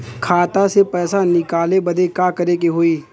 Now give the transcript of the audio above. खाता से पैसा निकाले बदे का करे के होई?